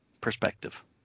perspective